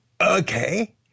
okay